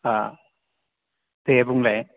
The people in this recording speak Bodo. आह दे बुंलाय